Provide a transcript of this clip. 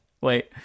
wait